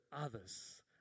others